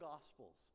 gospels